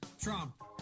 trump